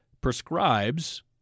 prescribes